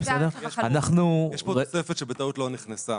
יש כאן תוספת שבטעות לא נכנסה.